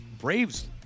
Braves